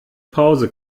pause